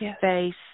face